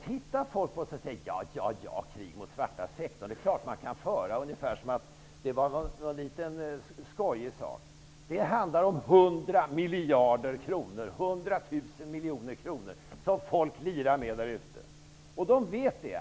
Då har folk tittat på oss och sagt: ''Ja, ja, det är klart att man kan föra krig mot den svarta sektorn! Det är väl en skojig sak.'' Det handlar om 100 miljarder kronor, dvs. 100 tusen miljoner kronor, som folk ''lirar'' med därute.